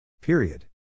period